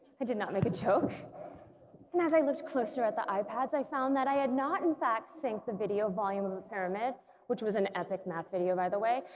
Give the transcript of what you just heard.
i did not make a joke and as i looked closer at the ipads i found that i had not in fact synced the video volume of a pyramid which was an epic math video, by the way,